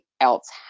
else